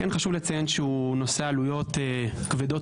חשוב לציין שהוא נושא עלויות כבדות